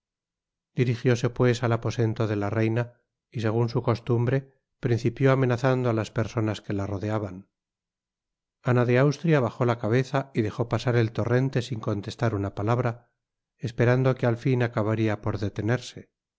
dirigióse pues al aposento de la reina y segun su costumbre principió amenazando á las personas que la rodeaban ana de austria bajó la cabeza y dejó pasar el torrente sin contestar una palabra esperando que al fin acabaria por detenerse